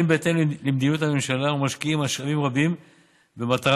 בהתאם למדיניות הממשלה ומשקיעים משאבים רבים במטרה